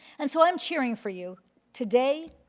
and so i'm cheering for you today,